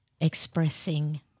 expressing